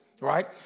right